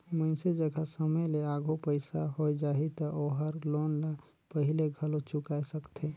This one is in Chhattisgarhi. मइनसे जघा समे ले आघु पइसा होय जाही त ओहर लोन ल पहिले घलो चुकाय सकथे